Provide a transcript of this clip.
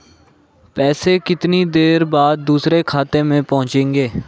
पैसे कितनी देर बाद दूसरे खाते में पहुंचेंगे?